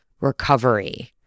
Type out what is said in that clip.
recovery